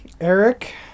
Eric